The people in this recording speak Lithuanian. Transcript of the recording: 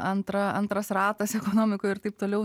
antra antras ratas ekonomikoj ir taip toliau